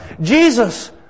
Jesus